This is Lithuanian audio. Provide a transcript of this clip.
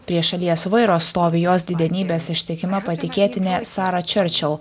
prie šalies vairo stovi jos didenybės ištikima patikėtinė sara čerčel